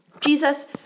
Jesus